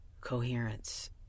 Coherence